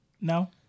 No